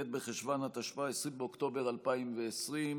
ב' בחשוון התשפ"א (20 באוקטובר 2020)